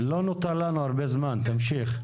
לא נותר לנו הרבה זמן, תמשיך.